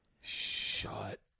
Shut